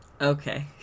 Okay